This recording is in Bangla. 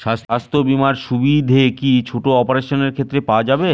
স্বাস্থ্য বীমার সুবিধে কি ছোট অপারেশনের ক্ষেত্রে পাওয়া যাবে?